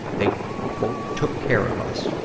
they took care of us.